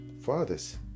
fathers